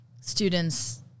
students